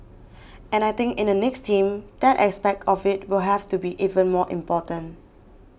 and I think in the next team that aspect of it will have to be even more important